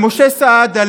למשה סעדה,